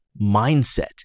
mindset